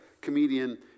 comedian